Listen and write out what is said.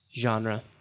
genre